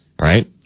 Right